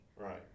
Right